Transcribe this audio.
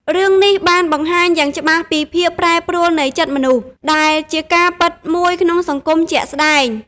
រឿងនេះបាន បង្ហាញយ៉ាងច្បាស់ពីភាពប្រែប្រួលនៃចិត្តមនុស្ស ដែលជាការពិតមួយក្នុងសង្គមជាក់ស្តែង។